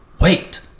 wait